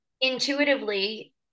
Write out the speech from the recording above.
intuitively